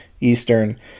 Eastern